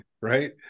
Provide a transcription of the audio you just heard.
right